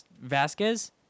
Vasquez